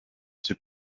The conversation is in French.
ses